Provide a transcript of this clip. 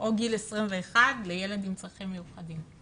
או גיל 21 לילד עם צרכים מיוחדים אבל